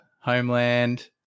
homeland